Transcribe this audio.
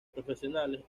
profesionales